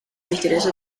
misterioso